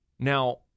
Now